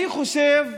אני חושב,